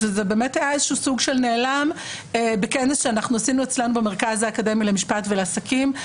זה באמת היה סוג של נעלם בכנס שעשינו אצלנו במרכז האקדמי למשפט ולעסקים.